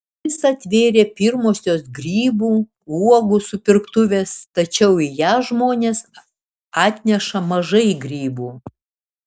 duris atvėrė pirmosios grybų uogų supirktuvės tačiau į jas žmonės atneša mažai grybų